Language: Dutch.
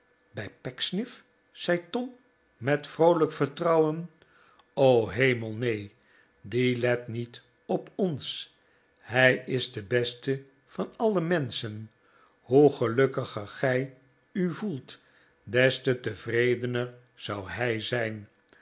bij pecksniff zei tom met vroolijk vertrouwen hemel neen die let niet op ons hij is de beste van alle menschen hoe gelukkiger gij u voelt des te tevredener zou hij zijn